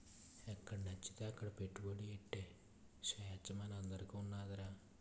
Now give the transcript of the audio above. ఎక్కడనచ్చితే అక్కడ పెట్టుబడి ఎట్టే సేచ్చ మనందరికీ ఉన్నాదిరా